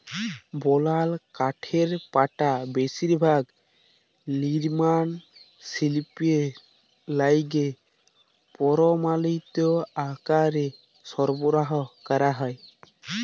বলাল কাঠপাটা বেশিরভাগ লিরমাল শিল্পে লাইগে পরমালিত আকারে সরবরাহ ক্যরা হ্যয়